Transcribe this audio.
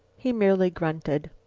he merely grunted.